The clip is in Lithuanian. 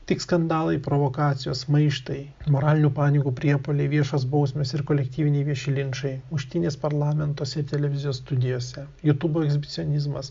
tik skandalai provokacijos maištai moralinių panikų priepuoliai viešos bausmės ir kolektyviniai vieši linčai muštynės parlamentuose televizijos studijose jutubo ekshibicionizmas